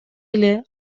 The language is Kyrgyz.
эле